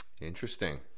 Interesting